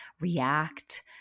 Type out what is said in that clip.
react